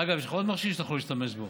אגב, יש לך עוד מכשיר שאתה יכול להשתמש בו,